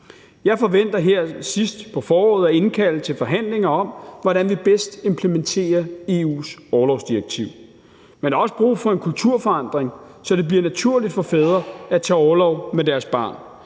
Jeg forventer her sidst på foråret at indkalde til forhandlinger om, hvordan vi bedst implementerer EU's orlovsdirektiv. Men der er også brug for en kulturforandring, så det bliver naturligt for fædre at tage orlov med deres barn.